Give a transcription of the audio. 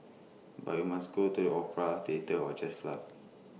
but we must go to the opera theatre or jazz club